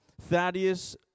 Thaddeus